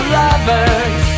lovers